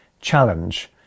challenge